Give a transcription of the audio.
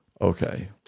Okay